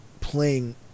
playing